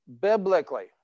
biblically